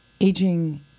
Aging